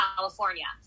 California